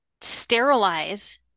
sterilize